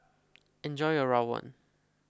enjoy your Rawon